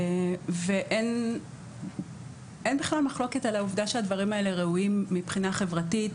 אין בכלל מחלוקת על העובדה שהדברים האלה ראויים מבחינה חברתית,